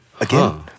Again